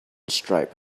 stripe